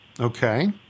Okay